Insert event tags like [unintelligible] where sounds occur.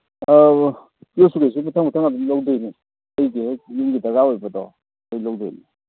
ꯑ ꯌꯣꯠꯁꯨ ꯀꯩꯁꯨ ꯃꯊꯪ ꯃꯌꯪ ꯑꯗꯨꯝ ꯂꯧꯗꯣꯏꯅꯤ [unintelligible] ꯌꯨꯝꯒꯤ ꯗꯔꯀꯥꯔ ꯑꯣꯏꯕꯗꯣ ꯂꯣꯏ ꯂꯧꯗꯣꯏꯅꯤ